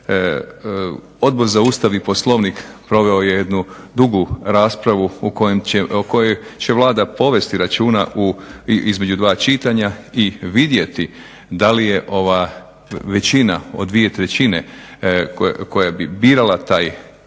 Odbor za Ustav i Poslovnik proveo je jednu dugu raspravu o kojoj će Vlada povesti računa između 2 čitanja i vidjeti da li je ova većina od dvije trećine koja bi birala to tijelo